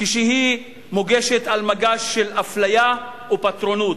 כשהיא מוגשת על מגש של אפליה ופטרונות.